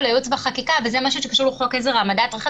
על הייעוץ והחקיקה וזה משהו שקשור לחוק עזר העמדת רכב